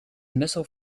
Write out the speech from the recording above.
muscle